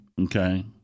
okay